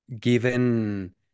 given